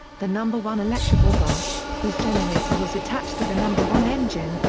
the number one electrical bus, whose generator was attached to the number one engine,